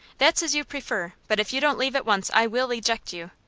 that's as you prefer, but if you don't leave at once i will eject you.